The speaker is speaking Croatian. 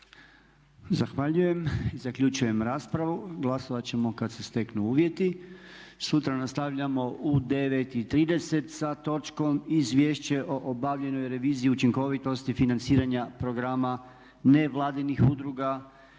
Zahvaljujem. Zaključujem raspravu. Glasovat ćemo kad se steknu uvjeti. Sutra nastavljamo u 9,30 sa točnom Izvješće o obavljenoj reviziji učinkovitosti financiranja programa nevladinih udruga